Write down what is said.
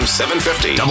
750